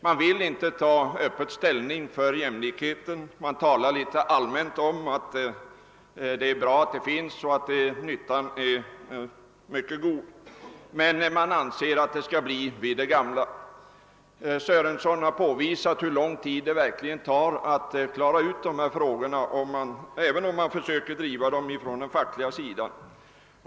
Man vill inte öppet ta ställning för jämlikheten; man talar litet allmänt om att det är nyttigt och bra med jämlikhet, men man anser att allt bör bli vid det gamla. Herr Sörenson har påvisat hur lång tid det verkligen krävs att klara ut dessa frågor, om man försöker driva dem enbart från den fackliga sidan.